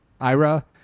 Ira